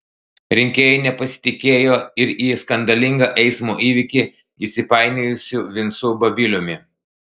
rinkėjai nepasitikėjo ir į skandalingą eismo įvykį įsipainiojusiu vincu babiliumi